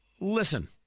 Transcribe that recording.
Listen